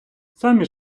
самі